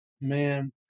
man